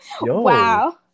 wow